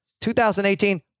2018